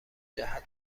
جهت